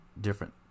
different